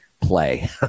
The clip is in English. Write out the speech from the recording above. play